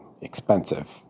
expensive